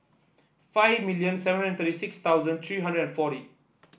five million seven hundred thirty six thousand three hundred and forty